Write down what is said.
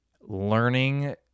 learning